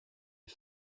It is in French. est